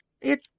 It